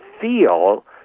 feel